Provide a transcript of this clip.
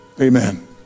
Amen